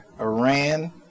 Iran